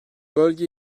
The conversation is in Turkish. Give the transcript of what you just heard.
bölge